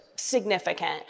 significant